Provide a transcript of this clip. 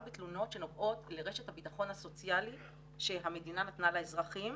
בתלונות שנוגעות לרשת הביטחון הסוציאלי שהמדינה נתנה לאזרחים,